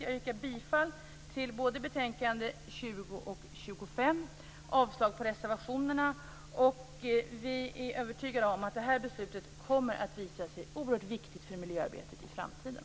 Jag yrkar bifall till hemställan i betänkandena 20 och 25. Jag yrkar avslag på reservationerna. Vi är övertygade om att det här beslutet kommer att visa sig vara oerhört viktigt för miljöarbetet i framtiden.